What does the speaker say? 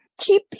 Keep